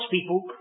people